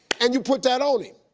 and you put that on him.